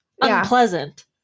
unpleasant